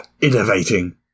Innovating